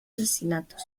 asesinatos